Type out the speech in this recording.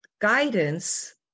guidance